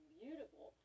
beautiful